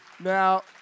Now